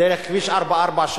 דרך כביש 443,